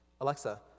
Alexa